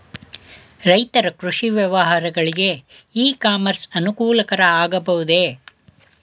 ರೈತರ ಕೃಷಿ ವ್ಯವಹಾರಗಳಿಗೆ ಇ ಕಾಮರ್ಸ್ ಅನುಕೂಲಕರ ಆಗಬಹುದೇ?